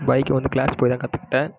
bike வந்து class போய் தான் கற்றுக்கிட்டேன்